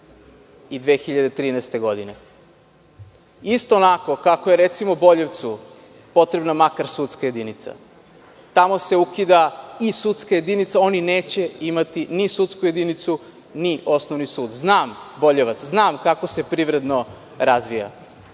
i 2013. godine. Isto onako kako je, recimo, Boljevcu potrebna makar sudska jedinica, tamo se i to ukida i oni neće imati ni sudsku jedinicu ni osnovni sud. Znam Boljevac i znam kako se privredno razvija.